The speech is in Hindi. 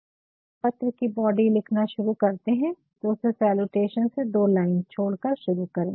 तो जब आप पत्र की बॉडी लिखना शुरू करते है तो उसे सैलूटेशन से दो लाइन छोड़कर शुरू करे